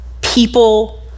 people